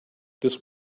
this